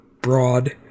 broad